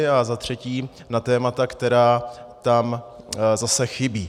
A za třetí na témata, která tam zase chybí.